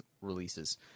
releases